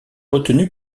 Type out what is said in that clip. retenue